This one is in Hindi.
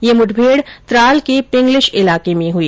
यह मुठभेड त्राल के पिंगलिश इलाके में हुई